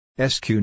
SQ